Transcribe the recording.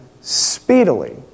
speedily